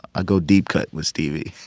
ah go deep cut with stevie